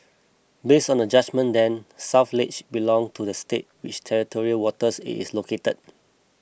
based on the judgement then South Ledge belonged to the state which territorial waters it is located